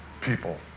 people